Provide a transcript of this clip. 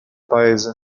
paese